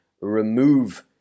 remove